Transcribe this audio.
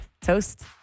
Toast